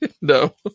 No